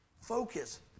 Focus